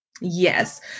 Yes